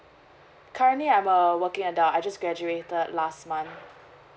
currently I'm err working and uh I just graduated last month